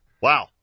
Wow